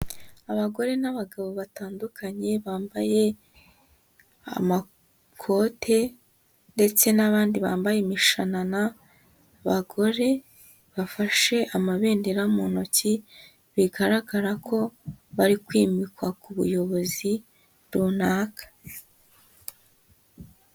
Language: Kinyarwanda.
Abagore n'abagabo batandukanye, bambaye amakote ndetse n'abandi bambaye imishanana, abagore bafashe amabendera mu ntoki bigaragara ko bari kwimikwa ku buyobozi runaka.